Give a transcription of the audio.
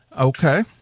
Okay